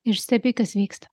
ir stebi kas vyksta